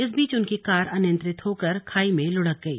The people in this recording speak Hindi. इस बीच उनकी कार अनियंत्रित होकर खई में लुढ़क गई